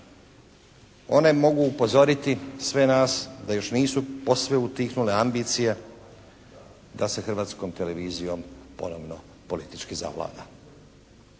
One mogu upozoriti sve nas da još nisu posve utihnule ambicije da se Hrvatskom televizijom politički zavlada.